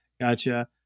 Gotcha